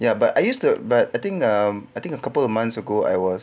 ya but I used to but I think um I think a couple of months ago I was